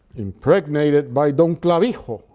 impregnated by don clavijo,